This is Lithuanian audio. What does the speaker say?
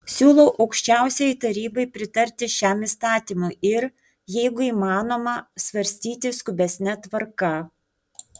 siūlau aukščiausiajai tarybai pritarti šiam įstatymui ir jeigu įmanoma svarstyti skubesne tvarka